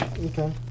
Okay